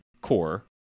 core